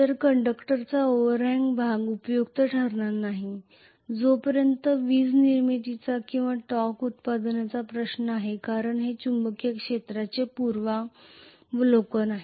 तर कंडक्टरचा ओव्हरहॅंग भाग उपयुक्त ठरणार नाही जोपर्यंत वीज निर्मितीचा किंवा टॉर्क उत्पादनाचा प्रश्न आहे कारण हे चुंबकीय क्षेत्राचे पूर्वावलोकन आहे